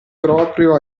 proprio